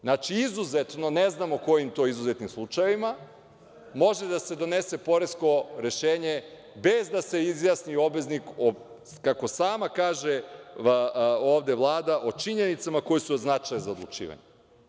Znači, izuzetno, ne znamo u kojim to izuzetnim slučajevima može da se donese poresko rešenje bez da se izjasni obveznik o, kako sama kaže ovde Vlada, činjenicama koje su značajne za odlučivanje.